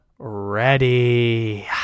Ready